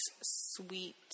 sweet